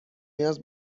نیاز